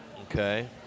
Okay